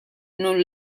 non